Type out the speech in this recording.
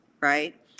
right